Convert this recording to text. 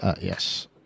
yes